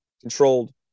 controlled